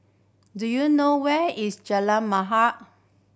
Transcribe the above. do you know where is Jalan